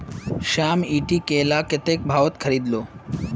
श्याम ईटी केला कत्ते भाउत खरीद लो